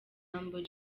humble